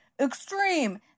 extreme